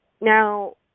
Now